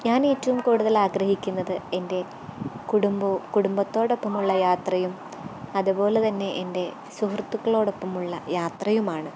ഞാൻ ഏറ്റും കൂടുതൽ ആഗ്രഹിക്കുന്നത് എൻ്റെ കുടുംബവും കുടുംബത്തോടൊപ്പമുള്ള യാത്രയും അതുപോലെതന്നെ എൻ്റെ സുഹൃത്തുക്കളോടൊപ്പമുള്ള യാത്രയുമാണ്